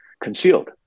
concealed